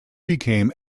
became